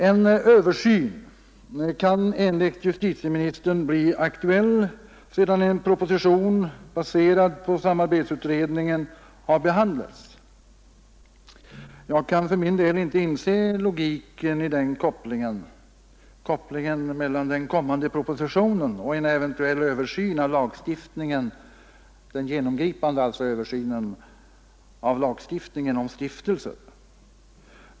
En översyn kan enligt statsrådet bli aktuell sedan en proposition baserad på samarbetsutredningen har behandlats. Jag kan för min del inte inse logiken i den kopplingen mellan den kommande propositionen och en eventuell genomgripande översyn av lagstiftningen om stiftelser.